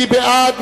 מי בעד?